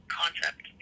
concept